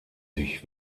sich